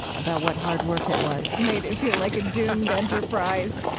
about what hard work it was, made it feel like a doomed enterprise.